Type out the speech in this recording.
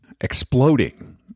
exploding